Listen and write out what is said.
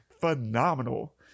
Phenomenal